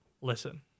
Listen